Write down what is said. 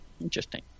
Interesting